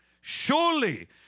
surely